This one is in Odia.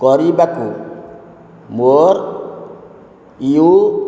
କରିବାକୁ ମୋର ୟୁ